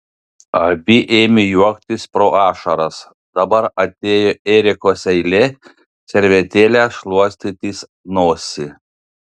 abi ėmė juoktis pro ašaras dabar atėjo erikos eilė servetėle šluostytis nosį